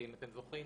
אם אתם זוכרים,